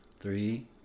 Three